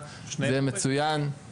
זה יהיה מצוין.